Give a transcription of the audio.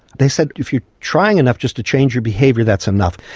they said, if you're trying enough just to change your behaviour, that's enough.